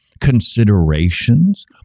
considerations